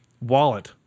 wallet